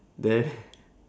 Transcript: then